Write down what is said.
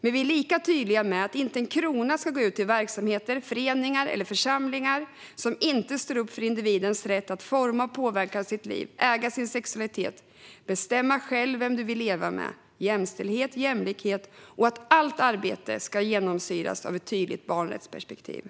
Men vi är lika tydliga med att inte en krona ska gå till verksamheter, föreningar eller församlingar som inte står upp för individens rätt att forma och påverka sitt liv, äga sin sexualitet, bestämma själv vem man vill leva med, jämställdhet, jämlikhet och att allt arbete ska genomsyras av ett tydligt barnrättsperspektiv.